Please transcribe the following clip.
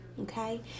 Okay